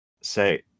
say